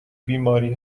بیماری